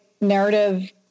narrative